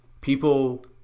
people